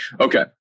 Okay